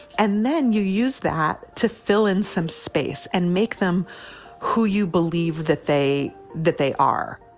and then you use that to fill in some space and make them who you believe that they that they are